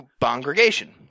congregation